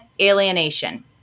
alienation